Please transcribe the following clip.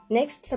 Next